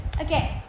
okay